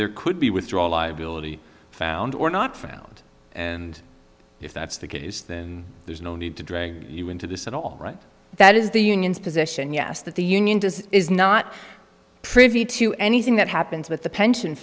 there could be withdraw liability found or not found and if that's the case then there's no need to drag you into this at all that is the union's position yes that the union does is not privy to anything that happens with the pension